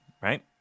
Right